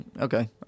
okay